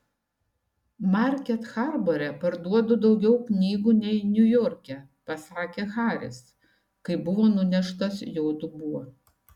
market harbore parduodu daugiau knygų nei niujorke pasakė haris kai buvo nuneštas jo dubuo